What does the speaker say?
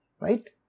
right